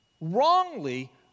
wrongly